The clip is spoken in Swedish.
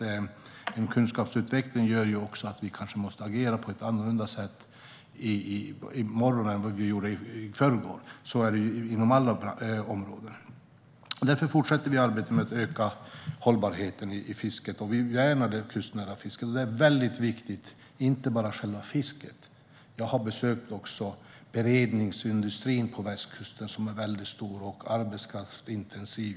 Det är en kunskapsutveckling som kanske gör att vi måste agera på ett annorlunda sätt i morgon än vad vi gjorde i förrgår. Så är det inom alla områden. Därför fortsätter vi arbetet med att öka hållbarheten i fisket, och vi värnar det kustnära fisket. Det är väldigt viktigt, och det gäller inte bara själva fisket. Jag har även besökt beredningsindustrin på västkusten, som är väldigt stor och arbetskraftsintensiv.